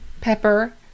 pepper